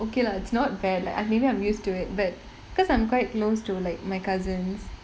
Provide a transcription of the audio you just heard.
okay lah it's not bad like I~ maybe I'm used to it but because I'm quite close to like my cousins